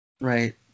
right